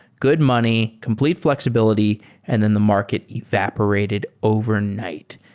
good money, complete fl exibility and then the market evaporated overnight,